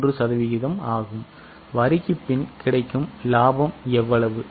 41 சதவீதம் ஆகும் வரிக்குப் பின் எவ்வளவு லாபம் கிடைக்கும்